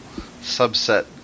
subset